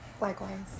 Likewise